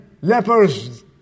lepers